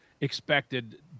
expected